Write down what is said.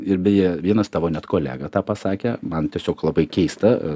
ir beje vienas tavo net kolega tą pasakė man tiesiog labai keista